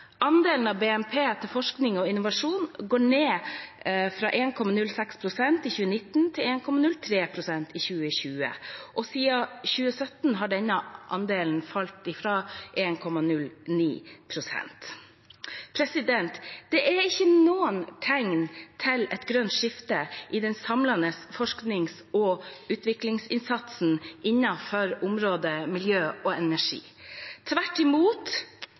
Andelen av BNP til forskning og innovasjon går ned fra 1,06 pst. i 2019 til 1,03 pst. i 2020. Siden 2017 har andelen falt fra 1,09 pst. Det er ikke noen tegn til et grønt skifte i den samlede forsknings- og utviklingsinnsatsen innenfor områdene miljø og energi. Tvert imot